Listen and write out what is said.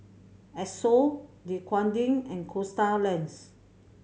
Esso Dequadin and Coasta Lands